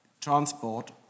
transport